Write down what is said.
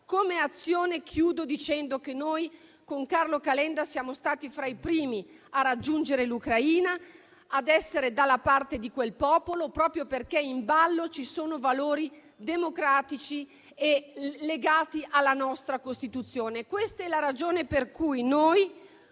Come Azione, con Carlo Calenda noi siamo stati fra i primi a raggiungere l'Ucraina, ad essere dalla parte di quel popolo, proprio perché in ballo ci sono i valori democratici legati alla nostra Costituzione. Questa è la ragione per cui noi,